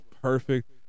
perfect